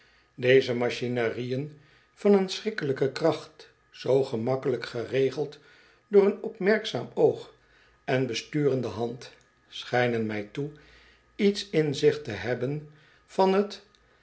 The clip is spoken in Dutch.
deze machinerieën van een schrikkelijke kracht zoo gemakkelijk geregeld door een opmerkzaam oog en besturende hand schijnen mij toe iets in zich te hebben van t